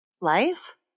Life